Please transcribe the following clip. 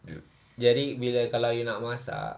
jadi bila kalau you nak masak